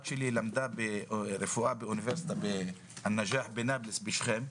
שלי למדה רפואה באוניברסיטת א-נג'אח בשכם,